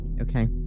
Okay